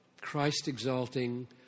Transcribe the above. Christ-exalting